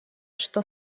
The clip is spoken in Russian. что